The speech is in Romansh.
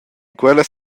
quellas